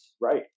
Right